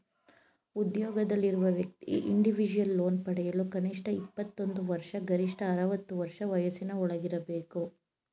ಉದ್ಯೋಗದಲ್ಲಿರುವ ವ್ಯಕ್ತಿ individual loan ಪಡೆಯಲು ಕನಿಷ್ಠ ಇಪ್ಪತ್ತೊಂದು ವರ್ಷ ಗರಿಷ್ಠ ಅರವತ್ತು ವರ್ಷ ವಯಸ್ಸಿನ ಒಳಗಿರಬೇಕು